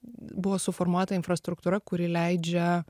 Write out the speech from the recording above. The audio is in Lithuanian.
buvo suformuota infrastruktūra kuri leidžia